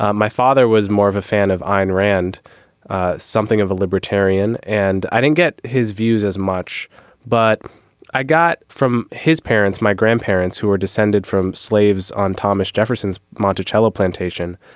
ah my father was more of a fan of ayn and rand ah something of a libertarian. and i didn't get his views as much but i got from his parents my grandparents who are descended from slaves on thomas jefferson's monticello plantation.